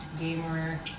Gamer